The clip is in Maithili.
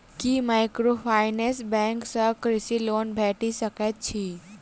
की माइक्रोफाइनेंस बैंक सँ कृषि लोन भेटि सकैत अछि?